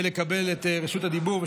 כדי לקבל את רשות הדיבור.